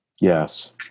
Yes